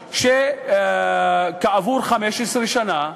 שכעבור 15 שנה,